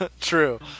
True